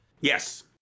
Yes